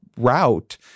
route